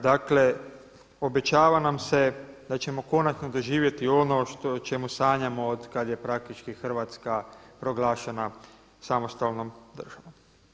Dakle, obećava nam se da ćemo konačno doživjeti ono o čemu sanjamo od kad je praktički Hrvatska proglašena samostalnom državom.